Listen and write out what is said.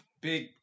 Big